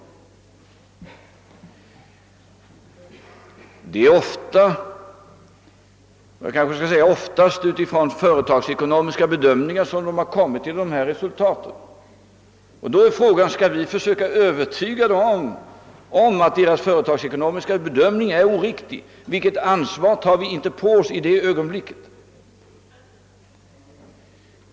Företagen har ofta, jag kanske skall säga oftast, kommit till sitt slutliga resultat utifrån företagsekonomiska bedömningar. Frågan är om vi skall för söka övertyga dem om att dessa bedömningar är oriktiga. Det är i så fall ett stort ansvar vi tar på oss.